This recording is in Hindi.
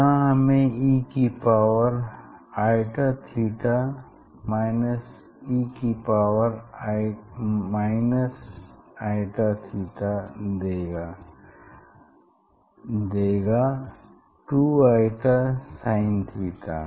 यहाँ हमें e की पावर i थीटा e की पावर i थीटा देगा 2i sin थीटा